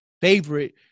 favorite